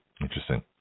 Interesting